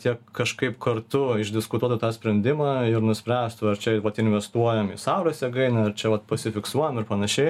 tiek kažkaip kartu išdiskutuotų tą sprendimą ir nuspręstų ar čia vat investuojam į saulės jėgainę ar čia vat pasifiksuojam ir panašiai